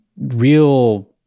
real